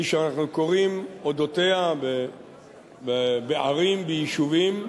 כפי שאנחנו קוראים על אודותיה, בערים, ביישובים,